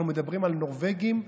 אנחנו מדברים על נורבגים,